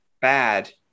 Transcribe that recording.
bad